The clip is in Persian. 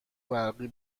برقی